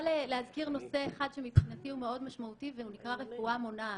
להזכיר נושא אחד שמבחינתי הוא מאוד משמעותי והוא נקרא רפואה מונעת.